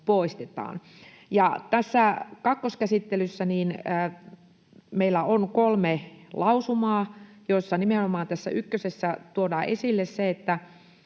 Tässä kakkoskäsittelyssä meillä on kolme lausumaa: Tässä ykkösessä tuodaan esille